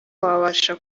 wabasha